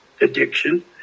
addiction